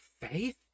faith